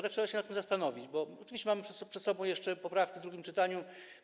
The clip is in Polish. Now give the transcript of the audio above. Trzeba się nad tym zastanowić, bo oczywiście mamy przed sobą jeszcze poprawki w drugim czytaniu.